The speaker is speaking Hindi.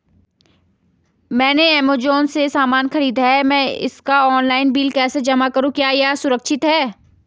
मैंने ऐमज़ान से सामान खरीदा है मैं इसका ऑनलाइन बिल कैसे जमा करूँ क्या यह सुरक्षित है?